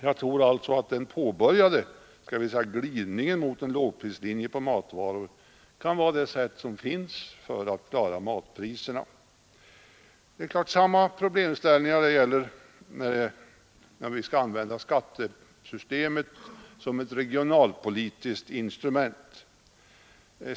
Jag tror alltså att den påbörjade glidningen mot en lågprislinje på matvaror — om jag får kalla det så — kan vara en möjlighet att klara matpriserna. Samma problemställning uppstår när man vill använda skattesystemet som ett regionalpolitiskt instrument.